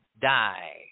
die